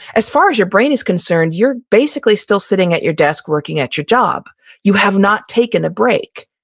as far as your brain is concerned, you're basically still sitting at your desk working at your job you have not taken a break.